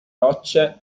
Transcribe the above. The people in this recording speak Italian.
rocce